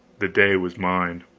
the day was mine.